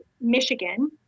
Michigan